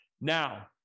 now